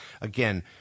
Again